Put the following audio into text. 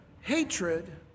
hatred